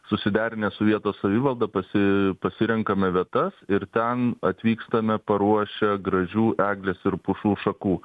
susiderinę su vietos savivalda pasi pasirenkame vietas ir ten atvykstame paruošę gražių eglės ir pušų šakų